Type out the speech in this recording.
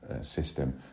system